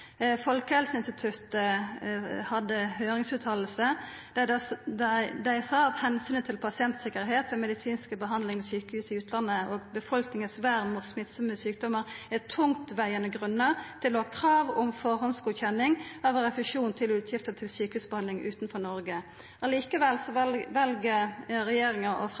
Folkehelseinstituttet hadde ei høyringsutsegn, der dei sa: «Hensynet til pasientsikkerhet ved medisinsk behandling ved sykehus i utlandet, og til befolkningens vern mot smittsomme sykdommer, er tungtveiende grunner til å ha krav om forhåndsgodkjenning av refusjon av utgifter til sykehusbehandling utenfor Norge.» Likevel vel regjeringa å